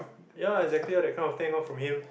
ya lor exactly that kind of thing lor from him